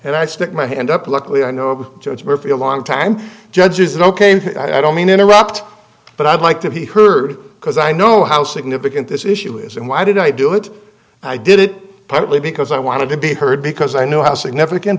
and i stick my hand up luckily i know it's murphy a long time judges know came i don't mean to interrupt but i'd like to be heard because i know how significant this issue is and why did i do it i did it partly because i wanted to be heard because i know how significant